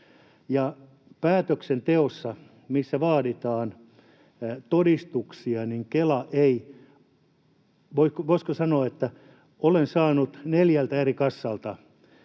päätöksenteossa, missä vaaditaan todistuksia, Kela ei... Voisiko sanoa, että olen saanut neljältä eri kassalta